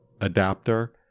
adapter